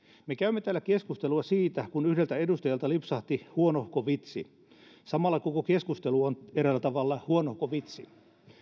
me käymme täällä keskustelua siitä kun yhdeltä edustajalta lipsahti huonohko vitsi samalla koko keskustelu on eräällä tavalla huonohko vitsi